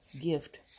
gift